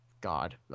god